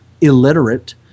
illiterate